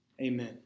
Amen